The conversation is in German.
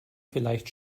vielleicht